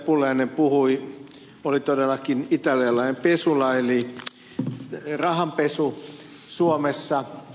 pulliainen puhui oli todellakin italialainen pesula eli rahanpesu suomessa